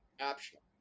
optional